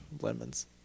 lemons